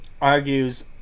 argues